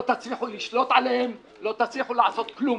לא תצליחו לשלוט עליהם, לא תצליחו לעשות כלום.